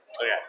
Okay